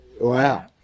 wow